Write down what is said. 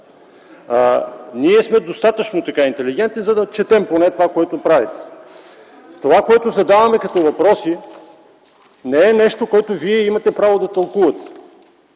Ние сме достатъчно интелигентни, за да четем поне това, което правите. Това, което задаваме като въпроси, не е нещо, което Вие имате право да тълкувате.